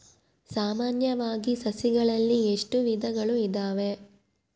ಸಾಮಾನ್ಯವಾಗಿ ಸಸಿಗಳಲ್ಲಿ ಎಷ್ಟು ವಿಧಗಳು ಇದಾವೆ?